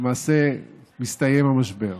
למעשה מסתיים המשבר.